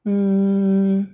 mm